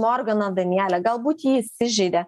morgana danielė galbūt ji įsižeidė